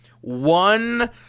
one